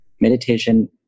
Meditation